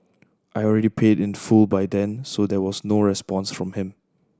I already paid in full by then so there was no response from him